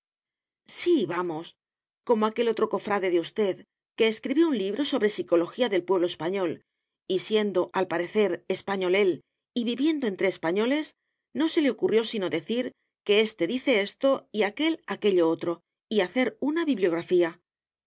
sí vamos como aquel otro cofrade de usted que escribió un libro sobre psicología del pueblo español y siendo al parecer español él y viviendo entre españoles no se le ocurrió sino decir que éste dice esto y aquél aquello otro y hacer una bibliografía